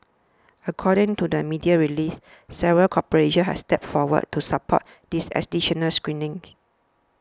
according to the media release several corporations have stepped forward to support these additional screenings